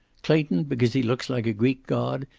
clayton, because he looks like a greek god,